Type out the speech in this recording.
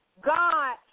God